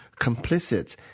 complicit